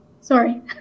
Sorry